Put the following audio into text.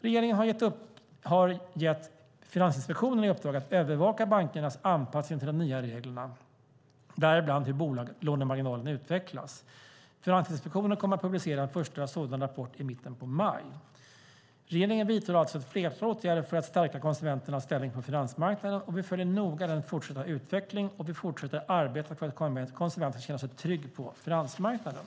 Regeringen har gett Finansinspektionen i uppdrag att övervaka bankernas anpassning till de nya reglerna, däribland hur bolånemarginalerna utvecklas. Finansinspektionen kommer att publicera en första sådan rapport i mitten av maj. Regeringen vidtar alltså ett flertal åtgärder för att stärka konsumentens ställning på finansmarknaden och vi följer noga den fortsatta utvecklingen. Vi fortsätter att arbeta för att konsumenten ska känna sig trygg på finansmarknaden.